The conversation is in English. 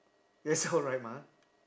that's alright mah